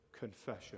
Confession